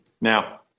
Now